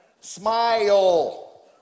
Smile